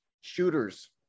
Shooters